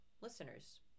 listeners